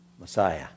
Messiah